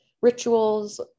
rituals